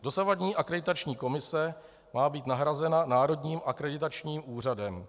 Dosavadní Akreditační komise má být nahrazena Národním akreditačním úřadem.